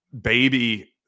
baby